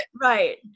right